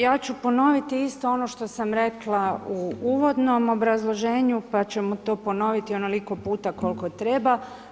Ja ću ponoviti isto ono što sam rekla u uvodnom obrazloženju, pa ćemo to ponoviti onoliko puta koliko treba.